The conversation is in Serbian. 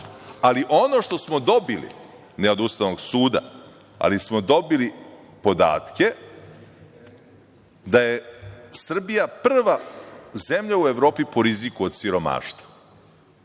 ali ono što smo dobili ne od Ustavnog suda, ali smo dobili podatke da je Srbija prva zemlja u Evropi po riziku od siromaštva.